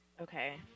okay